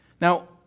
Now